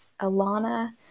Alana